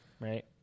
right